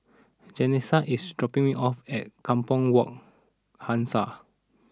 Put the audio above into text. Jessenia is dropping me off at Kampong Wak Hassan